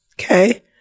Okay